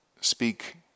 speak